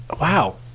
wow